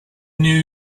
new